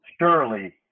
Surely